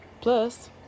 Plus